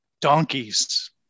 Donkeys